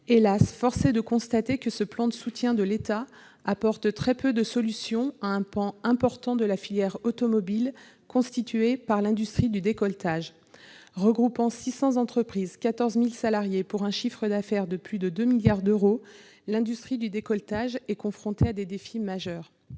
Las, force est de constater que ce plan de soutien de l'État apporte très peu de solutions à un pan important de la filière automobile, celui de l'industrie du décolletage. Regroupant 600 entreprises et 14 000 salariés pour un chiffre d'affaires de plus de 2 milliards d'euros, l'industrie du décolletage est confrontée à des défis majeurs.